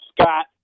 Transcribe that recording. Scott